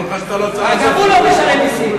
גם הוא לא משלם מסים.